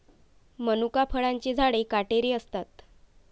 मनुका फळांची झाडे काटेरी असतात